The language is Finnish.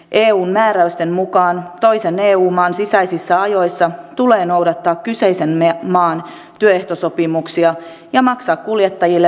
eun määräysten mukaan toisen eu maan sisäisissä ajoissa tulee noudattaa kyseisen maan työehtosopimuksia ja maksaa kuljettajille vähintään samaa palkkaa